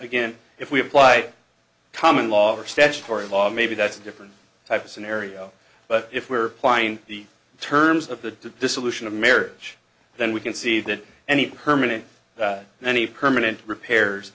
again if we apply common law or statutory evolve maybe that's a different type of scenario but if we're flying the terms of the dissolution of marriage then we can see that any permanent any permanent repairs